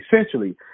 essentially